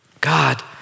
God